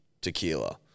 tequila